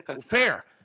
fair